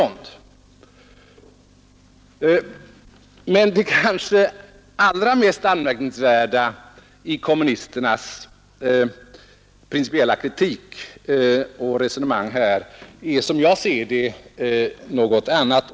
Men det kanske allra mest anmärkningsvärda i kommunisternas principiella kritik och resonemang är, som jag ser det, något annat.